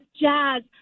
jazz